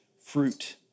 fruit